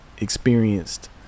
experienced